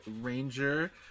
Ranger